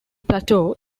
plateau